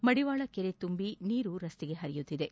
ಮಡಿವಾಳ ಕೆರೆ ತುಂಬಿ ನೀರು ರಸ್ತೆಗೆ ಹರಿಯುತ್ತಿದೆ